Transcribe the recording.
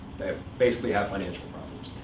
they basically have financial problems.